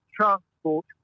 transport